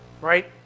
right